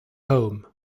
home